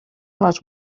les